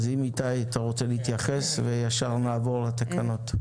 איתי, אם אתה רוצה להתייחס, וישר נעבור לתקנות.